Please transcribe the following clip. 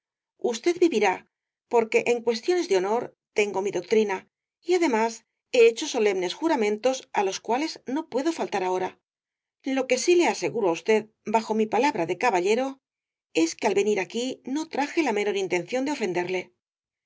usted vivirá porque en cuestiones de honor tengo mi doctrina y además he hecho solemnes juramentos á los cuales no puedo faltar ahora lo que sí le aseguro á usted bajo mi palabra de caballero es que al venir aquí no traje la menor intención de ofenderle